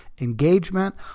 engagement